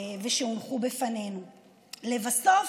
לבסוף,